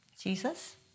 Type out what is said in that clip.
Jesus